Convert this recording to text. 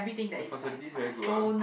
the facilities very good ah